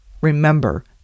remember